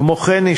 כמו כן,